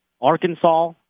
Arkansas